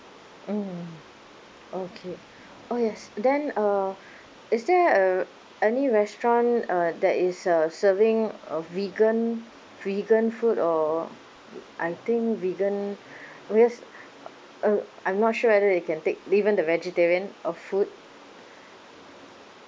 mmhmm okay oh yes then uh is there uh any restaurant uh that is uh serving uh vegan vegan food or I think vegan with uh I'm not sure whether they can take given the vegetarian of food